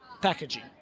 packaging